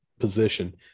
position